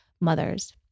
mothers